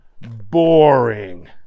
boring